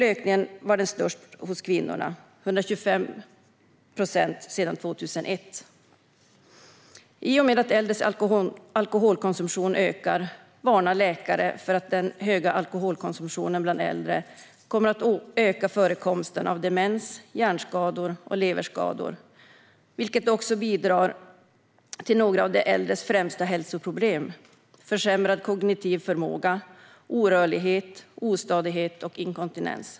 Ökningen var dock störst bland kvinnorna: 125 procent sedan 2001. Äldres alkoholkonsumtion ökar. Läkare varnar för att den höga alkoholkonsumtionen bland äldre kommer att öka förekomsten av demens, hjärnskador och leverskador. Detta bidrar också till några av de äldres främsta hälsoproblem: försämrad kognitiv förmåga, orörlighet, ostadighet och inkontinens.